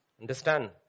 Understand